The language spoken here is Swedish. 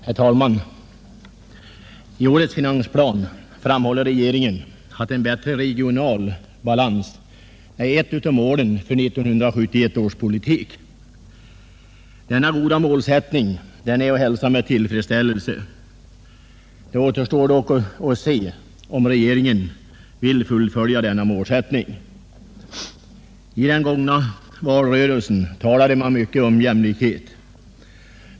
Herr talman! I årets finansplan framhåller regeringen att en bättre regional balans är ett av målen för 1971 års politik. Denna goda målsättning är att hälsa med tillfredsställelse. Det återstår dock att se om regeringen vill fullfölja den målsättningen. I den gångna valrörelsen talades det mycket om jämlikhet.